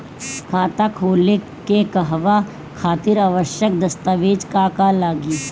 खाता खोले के कहवा खातिर आवश्यक दस्तावेज का का लगी?